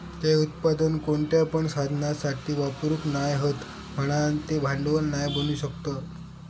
ते उत्पादन कोणत्या पण साधनासाठी वापरूक नाय हत म्हणान ते भांडवल नाय बनू शकत